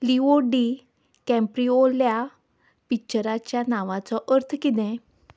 लिवो डी कँप्रिओल्या पिच्चराच्या नांवाचो अर्थ कितें